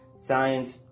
Science